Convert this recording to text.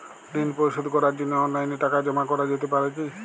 ঋন পরিশোধ করার জন্য অনলাইন টাকা জমা করা যেতে পারে কি?